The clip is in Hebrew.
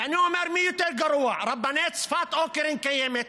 ואני אומר: מי יותר גרוע, רבני צפת או קרן קיימת?